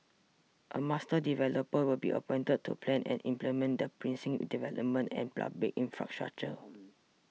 a master developer will be appointed to plan and implement the precinct's developments and public infrastructure